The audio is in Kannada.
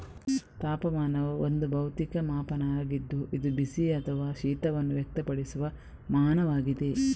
ತಾಪಮಾನವು ಒಂದು ಭೌತಿಕ ಮಾಪನ ಆಗಿದ್ದು ಇದು ಬಿಸಿ ಅಥವಾ ಶೀತವನ್ನು ವ್ಯಕ್ತಪಡಿಸುವ ಮಾನವಾಗಿದೆ